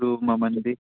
ꯑꯗꯨ ꯃꯃꯟꯗꯤ